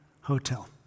hotel